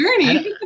journey